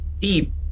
deep